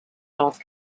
north